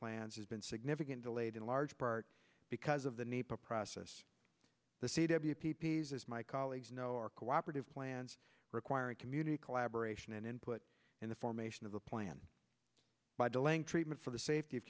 plans has been significant delayed in large part because of the neighbor process the c w p p s as my colleagues know our cooperative plans require a community collaboration and input in the formation of a plan by the length treatment for the safety of